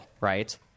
right